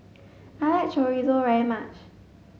I like Chorizo very much